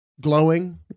glowing